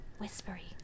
whispery